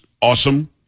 Awesome